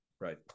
Right